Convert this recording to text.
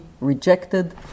rejected